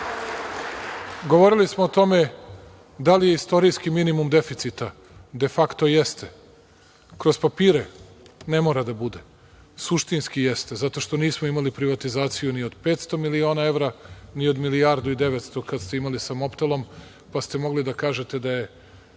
OK.Govorili smo o tome da li je istorijski minimum deficita, de facto jeste. Kroz papire ne mora da bude, suštinski jeste, zato što nismo imali privatizaciju ni od 500.000.000 evra, ni od 1.900.000.000 kada ste imali sa „Mobtelom“, pa ste mogli da kažete da je